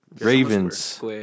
Ravens